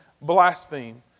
blaspheme